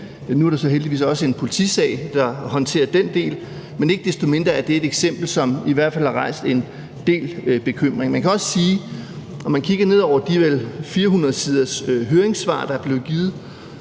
nu er der så heldigvis også en politisag, der håndterer den del, men ikke desto mindre er det et eksempel, som i hvert fald har rejst en del bekymring. Man kan også se, når man kigger ned over de vel 400 sider høringssvar, der er blevet givet,